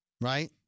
right